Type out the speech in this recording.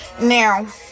now